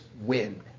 win